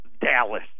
Dallas